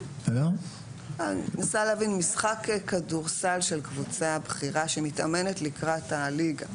אני מנסה להבין: משחק כדורסל של קבוצה בכירה שמתאמנת לקראת הליגה